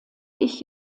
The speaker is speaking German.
ich